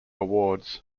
awards